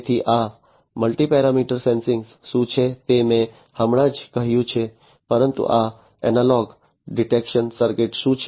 તેથી આ multi parameter sensing શું છે તે મેં હમણાં જ કહ્યું છે પરંતુ આ એનાલોગ ડિટેક્શન સર્કિટશું છે